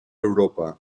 europa